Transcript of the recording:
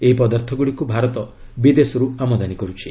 ଏହି ପଦାର୍ଥଗୁଡ଼ିକୁ ଭାରତ ବିଦେଶରୁ ଆମଦାନୀ କରୁଛି